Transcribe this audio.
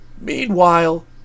Meanwhile